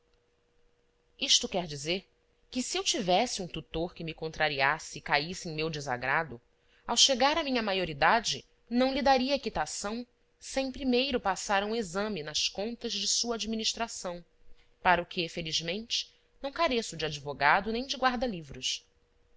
isto quer dizer que se eu tivesse um tutor que me contrariasse e caísse em meu desagrado ao chegar à minha maioridade não lhe daria quitação sem primeiro passar um exame nas contas de sua administração para o que felizmente não careço de advogado nem de